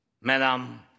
Madam